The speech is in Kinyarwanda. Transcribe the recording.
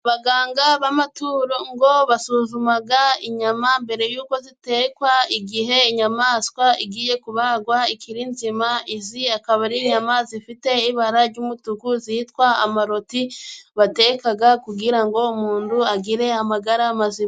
Abaganga b'amatungo basuzuma inyama mbere y'uko zitekwa, igihe inyamaswa igiye kubagwa ikiri nzima. Izi zikaba ari inyama zifite ibara ry'umutuku zitwa amaroti, bateka kugira ngo umuntu agire amagara mazima.